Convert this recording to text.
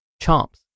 chomps